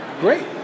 Great